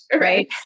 Right